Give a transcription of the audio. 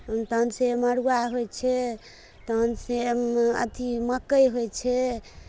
तहनसँ मड़ुआ होइ छै तहनसँ अथि मक्कइ होइ छै